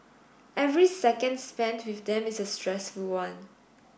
every second spent with them is a stressful one